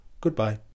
goodbye